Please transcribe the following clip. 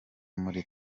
muri